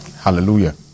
Hallelujah